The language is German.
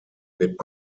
wird